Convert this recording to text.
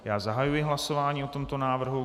Já zahajuji hlasování o tomto návrhu.